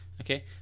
Okay